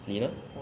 你呢